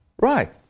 Right